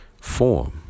form